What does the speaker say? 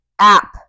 app